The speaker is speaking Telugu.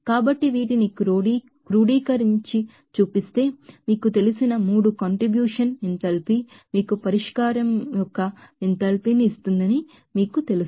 కాబట్టి వీటిని క్రోడీకరించిచూస్తే మీకు తెలిసిన 3 కంట్రిబ్యూషన్ ఎంథాల్పీ మీకు పరిష్కారం యొక్క ఎంథాల్పీని ఇస్తుందని మీకు తెలుసు